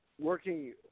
working